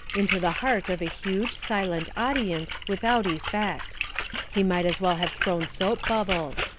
into the heart of a huge, silent audience without effect. he might as well have thrown soap bubbles.